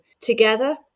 together